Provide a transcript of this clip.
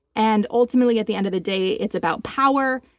and ultimately, at the end of the day, it's about power.